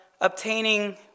obtaining